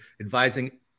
advising